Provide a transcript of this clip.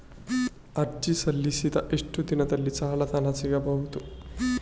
ಅರ್ಜಿ ಸಲ್ಲಿಸಿದ ಎಷ್ಟು ದಿನದಲ್ಲಿ ಸಾಲದ ಹಣ ಸಿಗಬಹುದು?